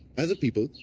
as a people,